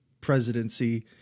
presidency